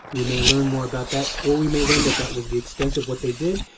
we may learn more about that, or we may learn that that was the extent of what they did.